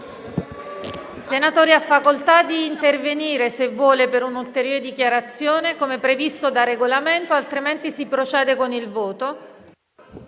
Pirondini, ha facoltà di intervenire, se vuole, per un'ulteriore dichiarazione, come previsto dal Regolamento, altrimenti si procede con il voto.